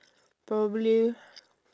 probably